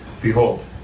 Behold